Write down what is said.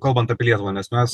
kalbant apie lietuvą nes mes